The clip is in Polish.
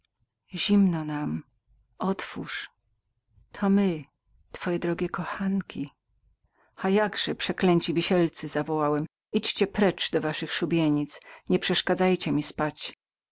zimno nam otwórz to my twoje drogie kochanki zapewne przeklęte wisielcy zawołałem poszli precz do waszych szubienic nieszubienic nie przeszkadzajcie mi spać